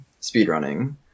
speedrunning